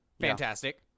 Fantastic